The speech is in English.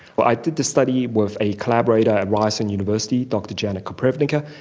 well, i did the study with a collaborator at ryerson university, dr janet koprivnikar,